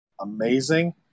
amazing